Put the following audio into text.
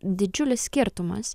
didžiulis skirtumas